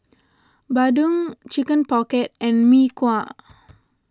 Bandung Chicken Pocket and Mee Kuah